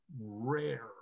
rare